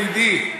ידידי,